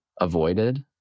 avoided